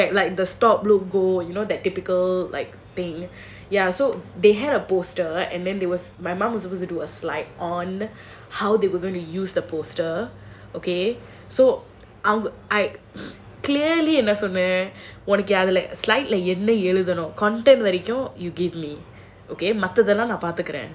ya correct like the stop logo you know that typical like thing ya so they had a poster and then there was my mom was supposed to do a slide on how they were gonna use the poster okay so clearly I என்ன சொல்ல உனக்கு என்ன எழுதணும்:enna solla unakku enna eluthanum you give me மத்ததெல்லாம் நான் பாத்துக்குறேன்:mathathellaam naan paathukuraen